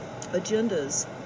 agendas